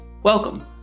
Welcome